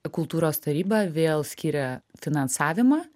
kultūros taryba vėl skyrė finansavimą